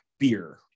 beer